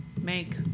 make